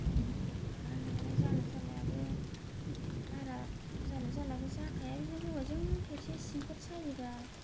गामि ओनसोलाव थाग्रा नालाय जालु जालायाबो बारा जालु जालाबो जाखाया बिदि गोबावजों सिंफोर सायोबा